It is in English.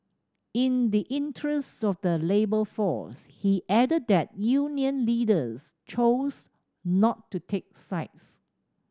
in the interest of the labour force he added that union leaders chose not to take sides